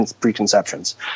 preconceptions